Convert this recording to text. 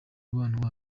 umubano